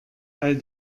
all